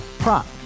Prop